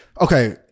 Okay